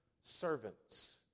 servants